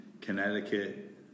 Connecticut